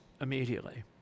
immediately